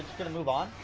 gonna move on,